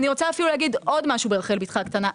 אני רוצה אפילו להגיד עוד משהו ברחל בתך הקטנה,